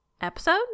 episode